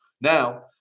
Now